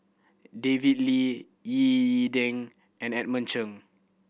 David Lee Ying E Ding and Edmund Cheng